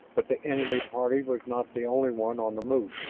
but the enemy party was not the only one on the move.